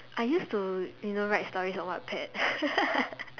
I used to you know write stories on whatpadd